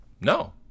No